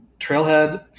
Trailhead